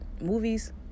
Movies